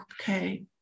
okay